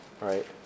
right